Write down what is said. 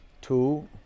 Two